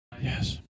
Yes